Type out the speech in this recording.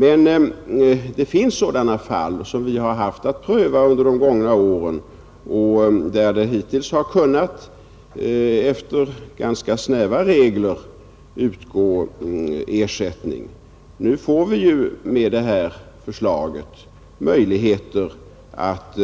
Men det finns sådana fall som vi har haft att pröva under de gångna åren och där det hittills, efter ganska snäva regler, har kunnat utgå ersättning. Nu får vi ju med detta förslag möjligheter att